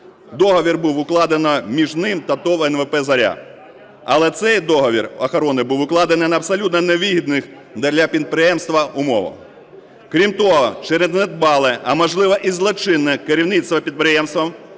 Договір був укладено між ним та ТОВ НВП "Зоря". Але цей договір охорони був укладений на абсолютно невигідних для підприємства умовах. Крім того, через недбале, а, можливо, і злочинне, керівництво підприємством